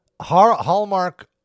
Hallmark